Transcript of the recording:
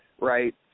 right